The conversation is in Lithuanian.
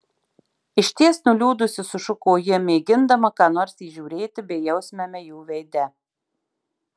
išties nuliūdusi sušuko ji mėgindama ką nors įžiūrėti bejausmiame jo veide